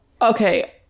Okay